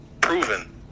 proven